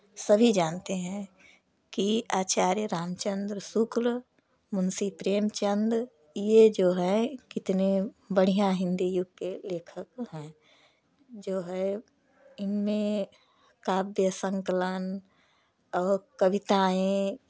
सभी जानते हैं कि आचार्य रामचंद्र शुक्ल मुंशी प्रेमचंद ये जो है कितने बढ़िया हिंदी युग के लेखक हैं जो है इनमें काव्य संकलन और कविताएँ